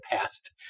past